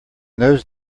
those